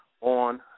on